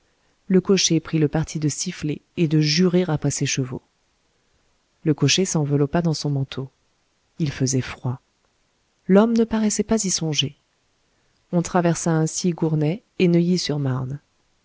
le cocher prit le parti de siffler et de jurer après ses chevaux le cocher s'enveloppa dans son manteau il faisait froid l'homme ne paraissait pas y songer on traversa ainsi gournay et neuilly sur marne